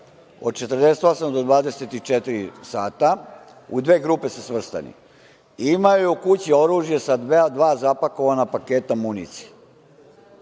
od 48 do 24 sata, u dve grupe su svrstani, imaju kući oružje sa dva zapakovana paketa municije.